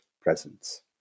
presence